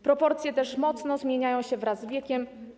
Proporcje te mocno zmieniają się wraz z wiekiem.